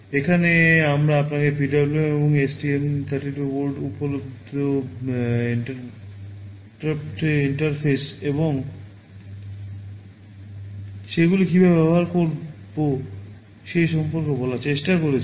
এখানে আমরা আপনাকে PWM এবং এসটিএম 32 বোর্ডে ইন্টারাপ্ট ইন্টারফেস এবং সেগুলি কীভাবে ব্যবহার করব সে সম্পর্কে বলার চেষ্টা করেছি